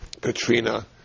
Katrina